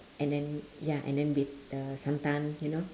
and then ya and then with the santan you know